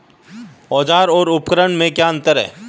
औज़ार और उपकरण में क्या अंतर है?